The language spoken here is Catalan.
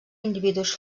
individus